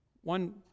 one